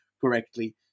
correctly